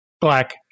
black